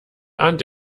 ahnt